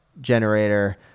generator